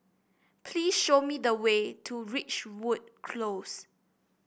please show me the way to Ridgewood Close